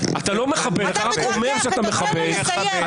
תן לו לסיים.